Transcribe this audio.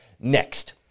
next